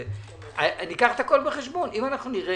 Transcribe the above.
אם נראה